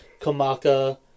Kamaka